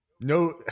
No